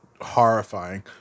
horrifying